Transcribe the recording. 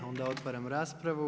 Onda otvaram raspravu.